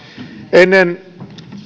ennen